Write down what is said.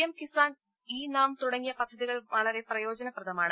M Kisan e NAM തുടങ്ങിയ പദ്ധതികൾ വളരെ പ്രയോജനപ്രദമാണ്